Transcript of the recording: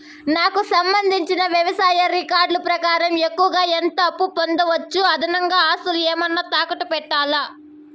నాకు సంబంధించిన వ్యవసాయ రికార్డులు ప్రకారం ఎక్కువగా ఎంత అప్పు పొందొచ్చు, అదనంగా ఆస్తులు ఏమన్నా తాకట్టు పెట్టాలా?